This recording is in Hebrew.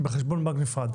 בחשבון בנק נפרד.